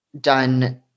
done